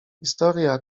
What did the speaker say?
historia